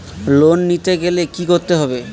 Loan নিতে গেলে কি করতে হবে?